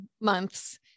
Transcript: months